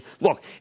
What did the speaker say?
Look